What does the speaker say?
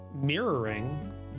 mirroring